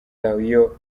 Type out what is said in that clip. taio